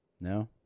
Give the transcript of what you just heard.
No